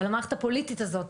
אבל המערכת הפוליטית הזאת,